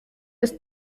ist